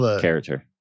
character